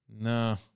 No